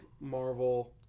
Marvel